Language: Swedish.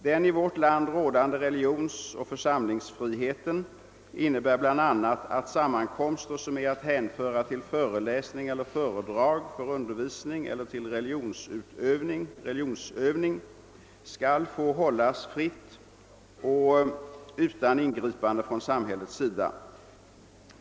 Den i vårt land rådande religionsoch församlingsfriheten innebär bl.a. att sammankomster som är att hänföra till föreläsning eller föredrag för undervisning eller till religionsövning skall få hållas fritt och utan ingripande från samhällets sida.